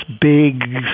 big